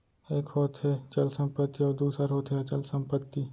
एक होथे चल संपत्ति अउ दूसर होथे अचल संपत्ति